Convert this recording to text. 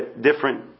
different